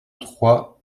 trois